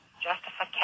justification